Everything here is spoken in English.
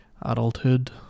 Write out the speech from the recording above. adulthood